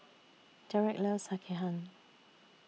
Derek loves Sekihan